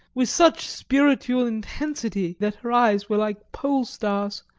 with such spiritual intensity that her eyes were like pole stars,